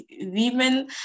women